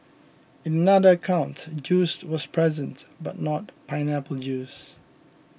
in another account juice was present but not pineapple juice